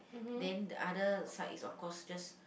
then the other side is of course just